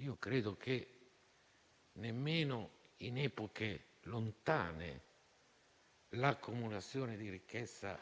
Io credo che nemmeno in epoche lontane l'accumulazione di ricchezza